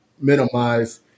minimize